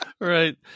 Right